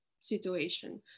situation